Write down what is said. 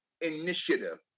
initiative